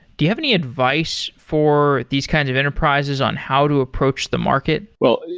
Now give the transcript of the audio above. do you have any advice for these kinds of enterprises on how to approach the market? well,